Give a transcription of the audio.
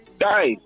guys